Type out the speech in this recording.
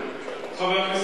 בר-און.